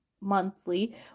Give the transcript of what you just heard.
monthly